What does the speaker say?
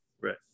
Right